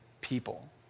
people